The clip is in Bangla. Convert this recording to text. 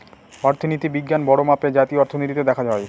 অর্থনীতি বিজ্ঞান বড়ো মাপে জাতীয় অর্থনীতিতে দেখা হয়